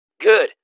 Good